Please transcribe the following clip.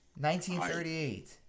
1938